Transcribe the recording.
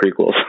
prequels